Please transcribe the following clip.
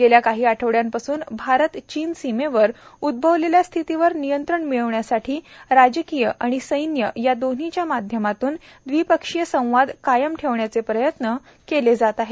गेल्या काही आठवड्यांपासून भारत चीन सीमेवर उद्भवलेल्या स्थितीवर नियंत्रण मिळवण्यासाठी राजकीय आणि सैन्य या दोनहीच्या माध्यमातून द्विपक्षीय संवाद कायम ठेवण्याचे प्रयत्न केले जात आहेत